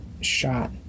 shot